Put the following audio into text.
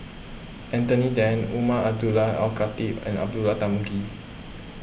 Anthony then Umar Abdullah Al Khatib and Abdullah Tarmugi